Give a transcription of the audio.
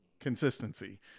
consistency